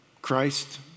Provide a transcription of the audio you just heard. Christ